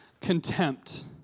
Contempt